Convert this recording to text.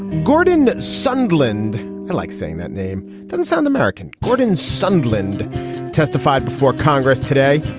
gordon sunderland like saying that name didn't sound american. gordon sunderland testified before congress today.